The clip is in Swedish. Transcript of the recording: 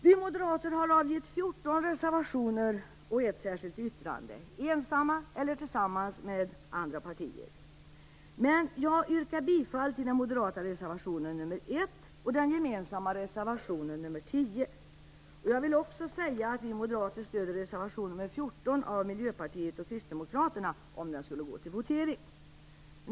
Vi moderater har avgett 14 reservationer och ett särskilt yttrande, ensamma eller tillsammans med andra partier. Jag yrkar bifall till den moderata reservationen nr 1 och den gemensamma reservationen nr 10. Jag vill också säga att vi moderater stöder reservation nr 14 av Miljöpartiet och Kristdemokraterna om den skulle gå till votering.